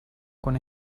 con